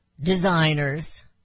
designers